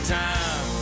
time